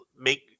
make